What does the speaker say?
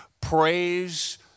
Praise